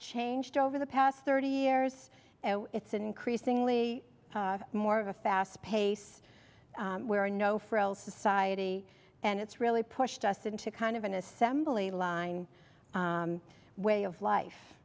changed over the past thirty years it's increasingly more of a fast pace we're no frills society and it's really pushed us into kind of an assembly line way of life